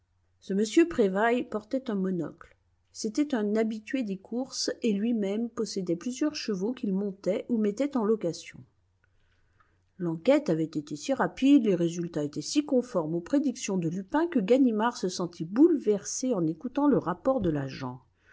ce m prévailles portait un monocle c'était un habitué des courses et lui-même possédait plusieurs chevaux qu'il montait ou mettait en location l'enquête avait été si rapide les résultats étaient si conformes aux prédictions de lupin que ganimard se sentit bouleversé en écoutant le rapport de l'agent